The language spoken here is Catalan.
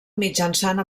mitjançant